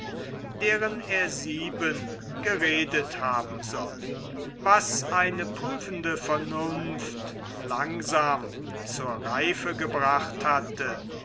deren er sieben geredet haben soll was eine prüfende vernunft langsam zur reife gebracht hatte